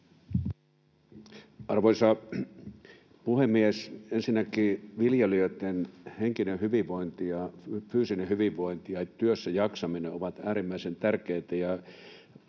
Arvoisa puhemies! Ensinnäkin viljelijöitten henkinen hyvinvointi, fyysinen hyvinvointi ja työssäjaksaminen ovat äärimmäisen tärkeitä.